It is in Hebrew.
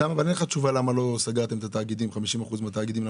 אין לך תשובה למה לא סגרתם 50% מהתאגידים.